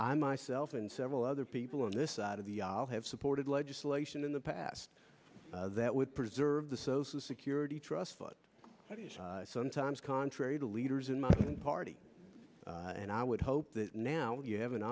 myself and several other people on this side of the aisle have supported legislation in the past that would preserve the social security trust fund sometimes contrary to leaders in my party and i would hope that now you have an